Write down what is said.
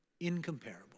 incomparable